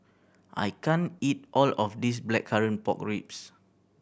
I can't eat all of this Blackcurrant Pork Ribs